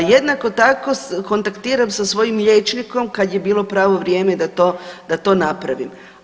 Jednako tako kontaktiram sa svojim liječnikom kada je bilo pravo vrijeme da to napravim.